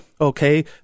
okay